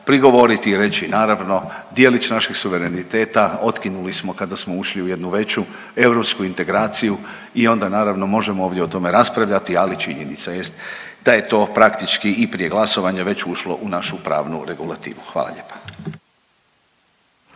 prigovoriti i reći, naravno djelić naših suvereniteta otkinuli smo kada smo ušli u jednu veću europsku integraciju i onda naravno možemo ovdje o tome raspravljati, ali činjenica jest da je to praktički i prije glasovanja već ušlo u našu pravnu regulativu, hvala lijepa.